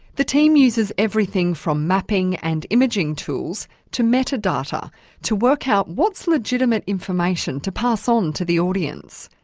the team uses everything from mapping and imaging tools to meta-data to work out what's legitimate information to pass on to the audience.